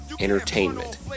entertainment